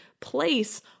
place